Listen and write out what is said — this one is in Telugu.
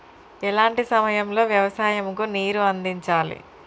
ఎలాంటి సమయం లో వ్యవసాయము కు నీరు అందించాలి?